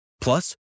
Plus